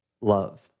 love